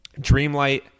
Dreamlight